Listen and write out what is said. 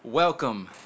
Welcome